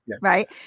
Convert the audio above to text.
Right